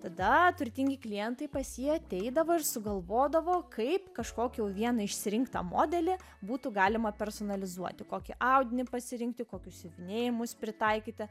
tada turtingi klientai pas jį ateidavo ir sugalvodavo kaip kažkokį jau vieną išsirinktą modelį būtų galima personalizuoti kokį audinį pasirinkti kokius siuvinėjimus pritaikyti